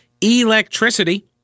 electricity